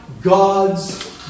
God's